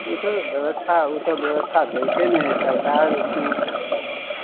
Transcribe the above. ओसब व्यवस्था ओसब व्यवस्था दैते नहि है सरकार